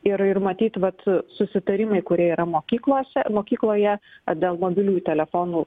ir ir matyt vat susitarimai kurie yra mokyklose mokykloje ar dėl mobiliųjų telefonų